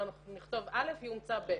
אם אנחנו נכתוב א', יומצא ב',